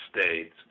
States